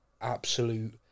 absolute